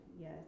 yes